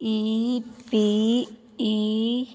E P E